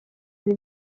ibi